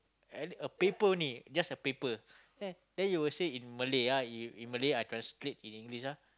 at least a paper only just a paper then then you will say in Malay ah in Malay I transcript in English ah